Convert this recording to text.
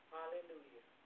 Hallelujah